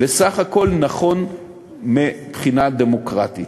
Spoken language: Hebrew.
בסך הכול נכון מבחינה דמוקרטית.